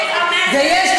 ויש,